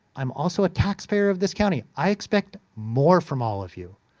i'm also a taxpayer of this county. i expect more from all of you.